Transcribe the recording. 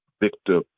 Victor